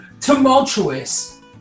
tumultuous